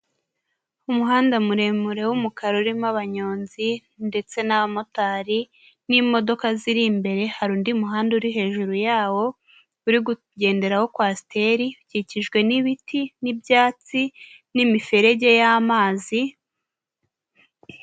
Umuhanda muremure w'umukara urimo abanyonzi ndetse n'abamotari n'imodoka ziri imbere, hari undi muhanda uri hejuru yawo uri kugenderaho kwasteri, ukikijwe n'ibiti n'ibyatsi n'imiferege y'amazi.